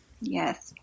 Yes